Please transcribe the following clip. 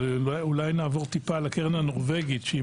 אבל אולי נעבור טיפה על הקרן הנורבגית שהיא